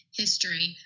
history